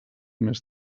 més